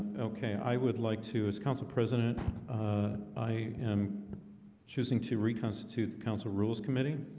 okay, i would like to as council president i am choosing to reconstitute the council rules committee.